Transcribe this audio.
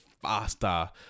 faster